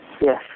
Yes